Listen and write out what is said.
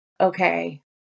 Okay